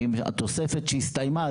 ועם התוספת שהסתיימה,